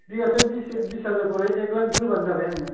बिगासेयाव बिस बिस हाजारकरि एक लाख होब्लानो जाबाय आंनो